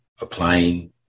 applying